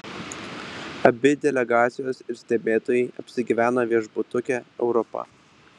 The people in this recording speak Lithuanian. abi delegacijos ir stebėtojai apsigyveno viešbutuke europa